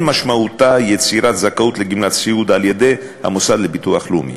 משמעותה יצירת זכאות לגמלת סיעוד על-ידי המוסד לביטוח לאומי.